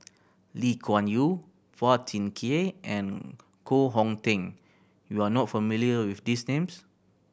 Lee Kuan Yew Phua Thin Kiay and Koh Hong Teng you are not familiar with these names